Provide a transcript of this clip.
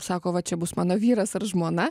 sako va čia bus mano vyras ar žmona